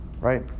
right